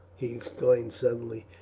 he exclaimed suddenly,